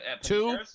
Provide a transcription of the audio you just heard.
two